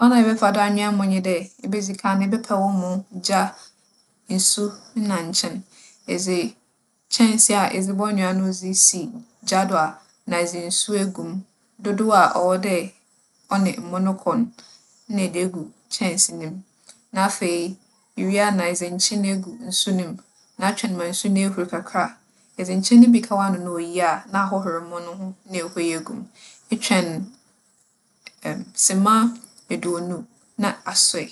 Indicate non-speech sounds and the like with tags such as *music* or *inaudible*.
Kwan a ebɛfa do anoa emo nye dɛ, ibedzi kan no, ebɛpɛ wo emo, gya, nsu na nkyen. Edze kyɛnsee a edze bͻnoa no dze si gya do a na edze nsu egu mu. Dodow a ͻwͻ dɛ ͻnye emo no kͻ no, nna edze egu kyɛnsee no mu. Na afei, iwie a na edze nkyen egu nsu no mu, nna atweͻn ma nsu no ehur kakra. Edze nkyen no bi ka w'ano na oye a na ahohor emo no ho na ehue egu mu. Etweͻn *hesitation* sema eduonu, na asoɛ.